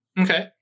Okay